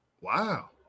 Wow